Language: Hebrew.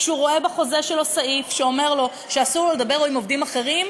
כשהוא רואה בחוזה שלו סעיף שאומר לו שאסור לדבר עם עובדים אחרים,